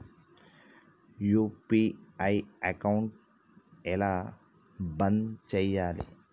UPI account ఎలా బంద్ చేయాలి?